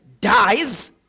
dies